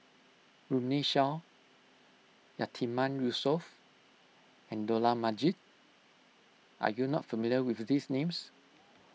Runme Shaw Yatiman Yusof and Dollah Majid are you not familiar with these names